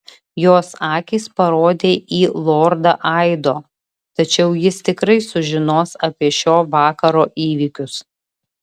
jos akys parodė į lordą aido tačiau jis tikrai sužinos apie šio vakaro įvykius